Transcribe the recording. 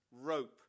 rope